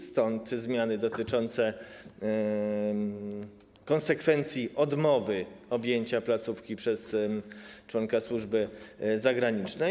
Stąd zmiany dotyczące konsekwencji odmowy objęcia placówki przez członka służby zagranicznej.